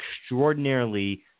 extraordinarily